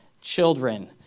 children